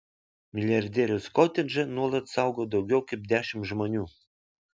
milijardieriaus kotedžą nuolat saugo daugiau kaip dešimt žmonių